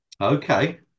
okay